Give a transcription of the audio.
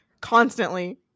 constantly